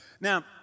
Now